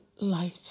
life